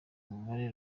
umubare